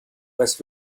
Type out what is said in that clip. west